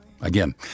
Again